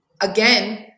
Again